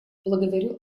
благодарю